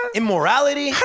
immorality